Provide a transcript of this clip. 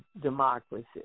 democracy